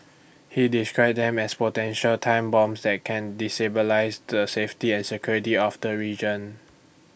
he described them as potential time bombs that can destabilise the safety and security of the region